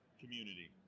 Community